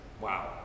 Wow